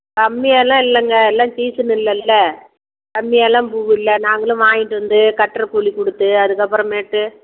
கம்மியாகலாம் இல்லைங்க எல்லாம் சீசன் இல்லயில்ல கம்மியாகலாம் பூ இல்லை நாங்களும் வாங்கிகிட்டு வந்து கட்டுற கூலி கொடுத்து அதுக்கப்புறமேட்டு